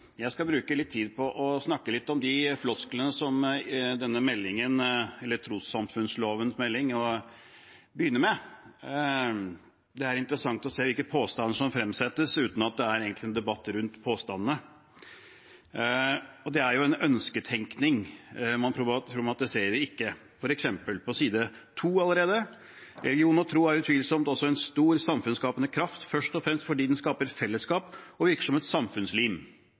Jeg skal bruke litt tid på å snakke litt om de flosklene som denne proposisjonen om trossamfunnsloven begynner med. Det er interessant å se hvilke påstander som fremsettes uten at det egentlig er noen debatt rundt påstandene. Dette er ønsketenkning; man problematiserer ikke. Allerede på side 10 i proposisjonen står det f.eks.: «Religion og tro har utvilsomt også en stor, samfunnsskapende kraft. Først og fremst fordi de skaper fellesskap, og virker som et